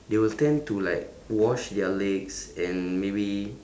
they will tend to like wash their legs and maybe